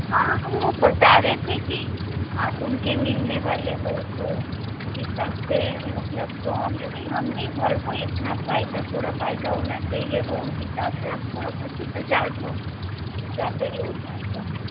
हाँ तो वो बता रहे थे कि आप उनके मिलने वाले हो तो उस हिसाब से मतलब तो हमें भी हम भी हर कोई अपना फायदा थोड़ा फायदा होना चाहिए वो उस हिसाब से आप थोड़ा पैंतीस हजार तो ज़्यादा ही हो जाएगा फिर